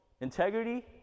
integrity